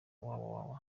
www